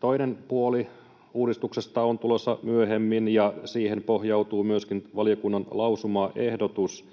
toinen puoli uudistuksesta on tulossa myöhemmin, ja siihen pohjautuu myöskin valiokunnan lausumaehdotus,